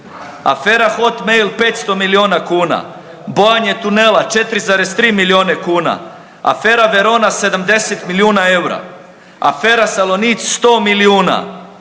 afera hot mail 500 milijuna kuna, bojanje tunela 4,3 milijuna kuna, afera Verona 70 milijuna eura, afera Salonit 100 milijuna